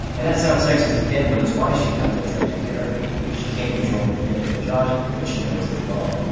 and that sounds sexist again but it's why she's kind of a tragic character she can't control her feelings for josh, but she knows they're wrong.